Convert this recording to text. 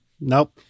nope